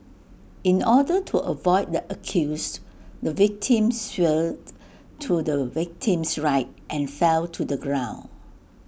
in order to avoid the accused the victim swerved to the victim's right and fell to the ground